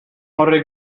horrek